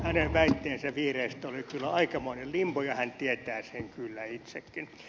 hänen väitteensä vihreistä oli kyllä aikamoinen limbo ja hän tietää sen kyllä itsekin